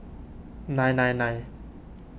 nine nine nine